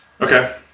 okay